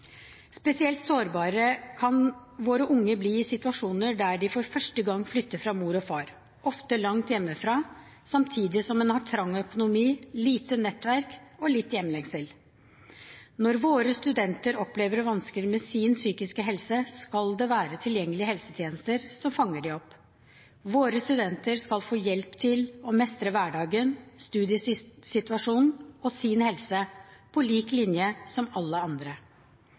Spesielt sårbare kan våre unge bli i situasjonen da de for første gang flytter fra mor og far, ofte langt hjemmefra, samtidig som de har trang økonomi, lite nettverk – og litt hjemlengsel. Når våre studenter opplever vansker med sin psykiske helse, skal det være tilgjengelige helsetjenester som fanger dem opp. Våre studenter skal få hjelp til å mestre hverdagen, studiesituasjonen og sin helse på lik linje med alle andre.